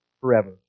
forever